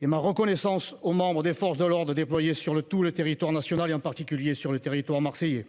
et ma reconnaissance aux membres des forces de l'ordre déployées sur tout le territoire national, en particulier sur le territoire marseillais.